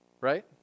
Right